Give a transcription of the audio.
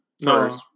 No